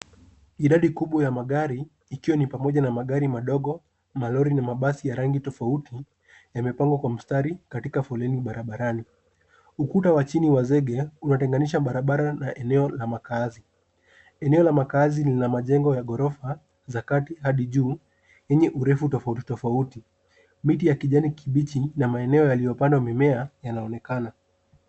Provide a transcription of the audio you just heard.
Idadi kubwa ya magari ikiwa ni pamoja na magari, madogo malori na mabasi ya rangi tofauti yamepangwa kwa mstari katika foleni barabarani. Ukuta wa chini wa zege unatenganisha barabara na eneo la makaazi. Eneo la makaazi lina majengo ya ghorofa za kati hadi juu yenye urefu tofauti tofauti. Miti ya kijani kibichi na maeneo yaliyopandwa mimea yanaonekana.